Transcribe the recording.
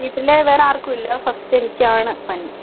വീട്ടിലെ വേറെ ആർക്കുല്ല ഫസ്റ്റ് എനിക്കാണ് പനി